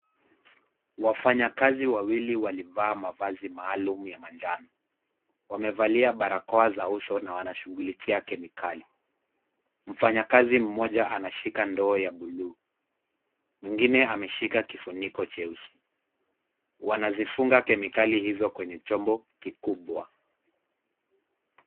Wafanyakazi wawili walivaa mavazi maalum ya manjano, wamevalia barakoa za uso na wanashughulikia kemikali . Mfanyakazi mmoja anashika ndoo ya buluu, mwingine ameshika kifuniko cheusi , wanazifunga kemikali hizo kwenye chombo kikubwa.